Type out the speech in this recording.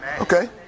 Okay